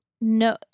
no